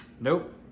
Nope